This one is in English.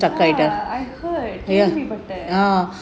ya I heard கேள்விபட்டேன்:kaelvipattaen